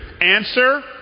Answer